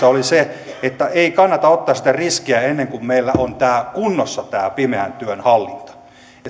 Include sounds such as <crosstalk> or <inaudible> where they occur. <unintelligible> oli se että ei kannata ottaa sitä riskiä ennen kuin meillä on kunnossa tämä pimeän työn hallinta